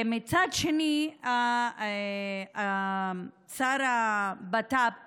מצד שני, שר הבט"פ